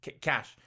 Cash